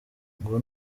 ngo